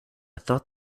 thought